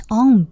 on